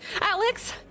Alex